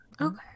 Okay